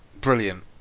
Brilliant